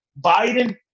Biden